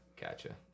Gotcha